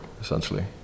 essentially